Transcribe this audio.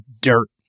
dirt